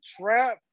trap